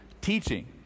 teaching